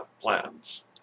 plans